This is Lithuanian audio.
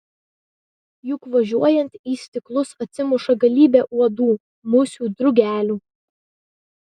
juk važiuojant į stiklus atsimuša galybė uodų musių drugelių